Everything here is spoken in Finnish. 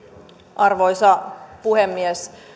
arvoisa puhemies